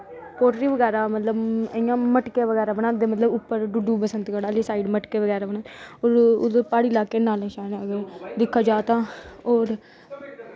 pottery बगैरा मतलब इ'यां मटके बगैरा बनांदे मतलह उप्पर डुडू बसैंतगढ़ आह्ली साइड़ मटके बगैरा बनांदे उद्धर प्हाड़ी लाह्के न दिक्खेआ जाऽ तां होर